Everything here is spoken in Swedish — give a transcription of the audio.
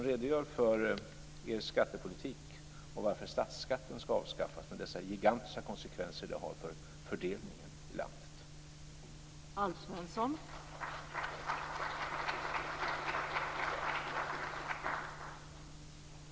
Redogör för er skattepolitik, Alf Svensson, och för varför statsskatten ska avskaffas med de gigantiska konsekvenser det har för fördelningen i landet.